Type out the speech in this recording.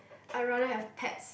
I rather have pets